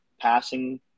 passing